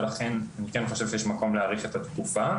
ולכן אני כן חושב שיש מקום להאריך את התגובה.